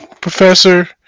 Professor